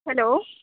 hello